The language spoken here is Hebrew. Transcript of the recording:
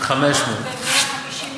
500 מכונות ב-150 מתחמים.